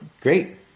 great